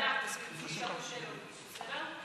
לוועדת חוץ וביטחון.